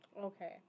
Okay